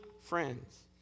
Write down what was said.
friends